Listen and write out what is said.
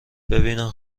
ببینن